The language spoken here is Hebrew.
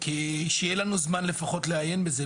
כדי שיהיה לנו זמן לפחות לעיין בזה,